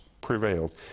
prevailed